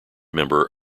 member